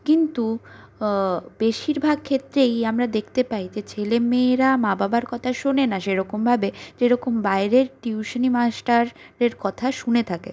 কিন্তু বেশিরভাগ ক্ষেত্রেই আমরা দেখতে পাই যে ছেলে মেয়েরা মা বাবার কথা শোনে না সেরকমভাবে যেরকম বাইরের টিউশানি মাস্টারের কথা শুনে থাকে